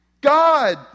God